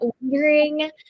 wondering